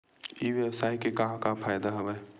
ई व्यवसाय के का का फ़ायदा हवय?